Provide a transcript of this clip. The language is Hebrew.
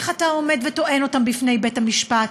איך אתה עומד וטוען אותם בפני בית-המשפט,